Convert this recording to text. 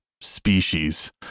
species